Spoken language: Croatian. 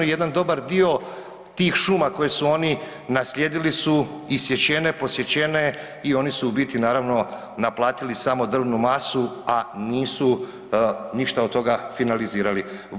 Jedan dobar dio šuma koje su oni nasljedili su isječene, posječene i oni su u biti naravno naplatili samo drvnu masu, a nisu ništa od toga finalizirali.